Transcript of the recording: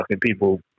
people